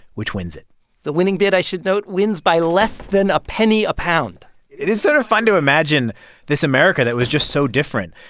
which wins it the winning bid, i should note, wins by less than a penny a pound it is sort of fun to imagine this america that was just so different.